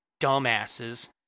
dumbasses